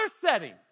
setting